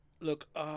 Look